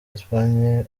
espagne